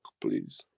please